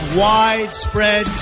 widespread